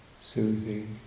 soothing